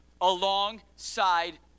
alongside